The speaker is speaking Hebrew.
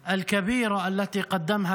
בסוריה ולהפציץ